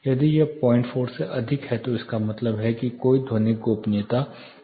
यदि यह 04 से अधिक है तो इसका मतलब है कि कोई ध्वनिक गोपनीयता नहीं है